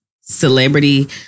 celebrity